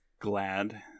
glad